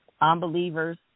unbelievers